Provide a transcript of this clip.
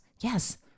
Yes